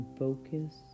focus